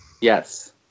Yes